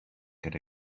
get